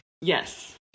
Yes